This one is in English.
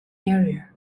area